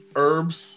herbs